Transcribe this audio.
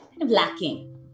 lacking